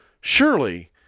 Surely